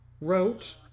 wrote